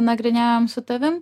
nagrinėjom su tavim